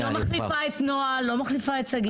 אני לא מחליפה את נעה, לא מחליפה את שגית.